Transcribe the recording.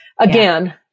again